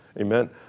amen